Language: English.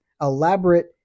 elaborate